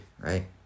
right